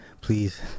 please